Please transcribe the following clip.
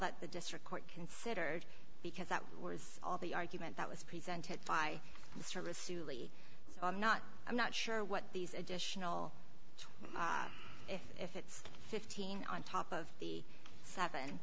that the district court considered because that was all the argument that was presented by mr lewis souly so i'm not i'm not sure what these additional if if it's fifteen on top of the seven